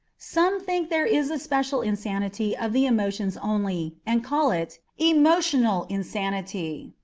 some think there is a special insanity of the emotions only, and call it emotional insanity.